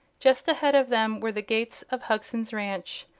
just ahead of them were the gates of hugson's ranch,